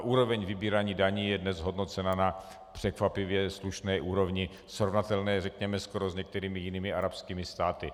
Úroveň vybírání daní je dnes hodnocena na překvapivě slušné úrovni, srovnatelné, řekněme, s některými jinými arabskými státy.